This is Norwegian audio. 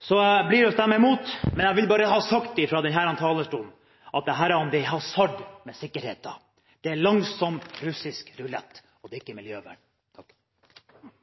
Så jeg lar bli å stemme imot, men jeg vil bare ha sagt det fra denne talerstolen at dette er hasard med sikkerheten. Det er langsom russisk rulett, og det er ikke miljøvennlig. Takk.